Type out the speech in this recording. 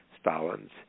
Stalin's